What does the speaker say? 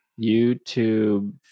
youtube